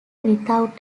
without